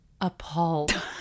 appalled